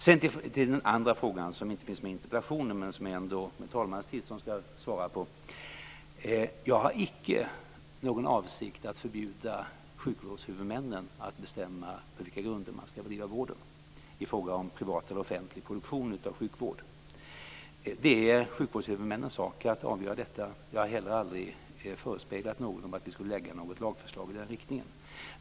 Så till den andra frågan, som inte finns med i interpellationen men som jag ändå med talmannens tillstånd skall svara på. Jag har icke för avsikt att förbjuda sjukvårdshuvudmännen att bestämma på vilka grunder man skall bedriva vården, dvs. om man skall ha privat eller offentlig produktion av sjukvård; det är sjukvårdshuvudmännens sak att besluta om detta. Jag har heller aldrig förespeglat någon att vi skulle lägga fram något lagförslag i den frågan.